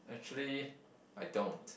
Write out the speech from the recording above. actually I don't